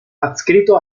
adscrito